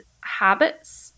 habits